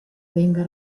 venga